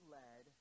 led